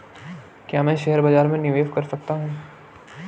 क्या मैं शेयर बाज़ार में निवेश कर सकता हूँ?